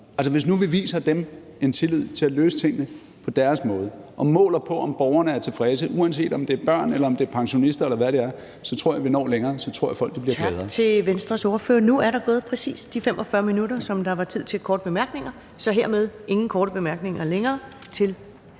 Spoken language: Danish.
Hvis nu vi viser dem en tillid til at løse tingene på deres måde og måler på, om borgerne er tilfredse, uanset om det er børn, pensionister, eller hvad det er, så tror jeg, vi når længere, så tror jeg, at folk bliver gladere.